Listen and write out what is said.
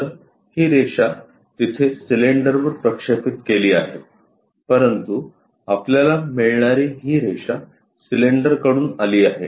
तर ही रेषा तिथे सिलेंडरवर प्रक्षेपित केली आहे परंतु आपल्याला मिळणारी ही रेषा सिलेंडरकडून आली आहे